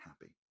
happy